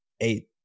eight